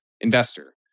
investor